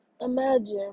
imagine